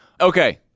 Okay